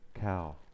cow